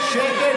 שקט.